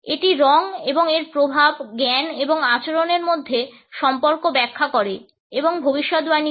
এটি রঙ এবং এর প্রভাব জ্ঞান এবং আচরণের মধ্যে সম্পর্ক ব্যাখ্যা করে এবং ভবিষ্যদ্বাণী করে